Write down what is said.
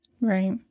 Right